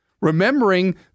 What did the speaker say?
remembering